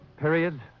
Period